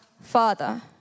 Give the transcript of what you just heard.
Father